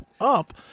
up